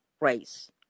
race